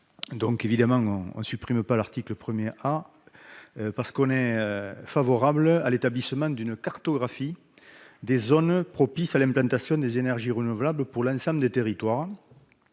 ne voulons pas supprimer l'article 1 A, car nous sommes favorables à l'établissement d'une cartographie des zones propices à l'implantation des énergies renouvelables pour l'ensemble des territoires,